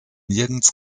nirgends